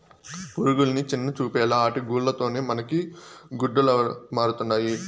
పురుగులని చిన్నచూపేలా ఆటి గూల్ల తోనే మనకి గుడ్డలమరుతండాయి